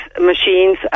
machines